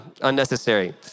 unnecessary